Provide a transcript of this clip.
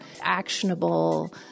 actionable